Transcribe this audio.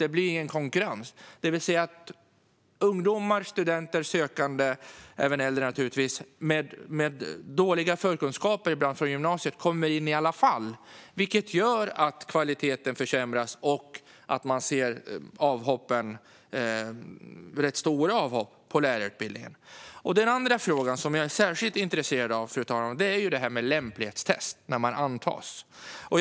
Det blir ingen konkurrens, och ungdomar, studenter och även äldre sökande, naturligtvis, som ibland har dåliga förkunskaper för gymnasiet kommer in i alla fall. Det gör att kvaliteten försämras och att vi ser rätt stora avhopp från lärarutbildningen. Den andra frågan, som jag är särskilt intresserad av, är det här med lämplighetstest vid antagningen.